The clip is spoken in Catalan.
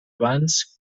abans